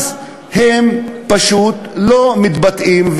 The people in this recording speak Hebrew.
הם פשוט לא מתבטאים,